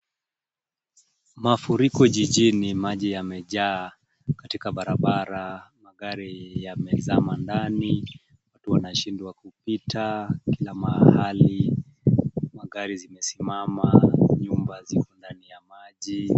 Mafuriko jijini, maji yamejaa katika barabara, magari yamezama ndani, watu wanashindwa kupita kila mahali magari yamesimama nyumba zimo ndani ya maji.